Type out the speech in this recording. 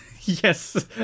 Yes